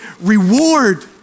reward